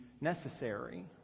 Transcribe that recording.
necessary